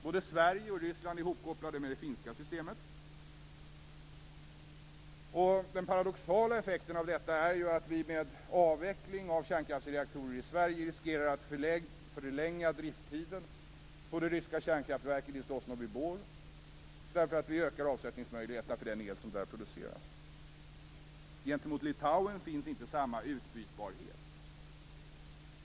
Både Sverige och Ryssland är hopkopplade med det finska systemet. Den paradoxala effekten av detta är ju att vi med avveckling av kärnkraftsreaktorer i Sverige riskerar att förlänga drifttiden vid det ryska kärnkraftverket i Sosnovyj Bor, eftersom vi ökar avsättningsmöjligheterna för den el som där produceras. Gentemot Litauen finns inte samma utbytbarhet.